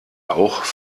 bauch